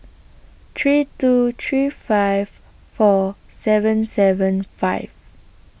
three two three five four seven seven five